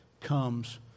comes